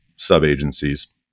sub-agencies